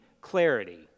clarity